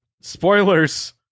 Spoilers